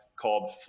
called